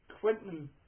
Quentin